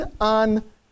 on